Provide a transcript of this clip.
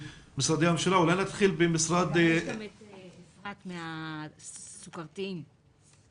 אני מקדמת כבר כמה שנים טובות את נושא הסייעות לילדים הסוכרתיים מינקות,